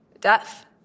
death